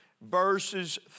verses